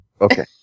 Okay